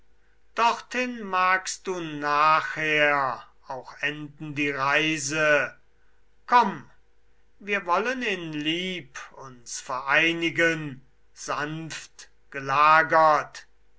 dorthin magst du nachher auch enden die reise komm wir wollen in lieb uns vereinigen sanft gelagert